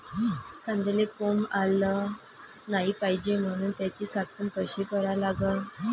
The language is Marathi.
कांद्याले कोंब आलं नाई पायजे म्हनून त्याची साठवन कशी करा लागन?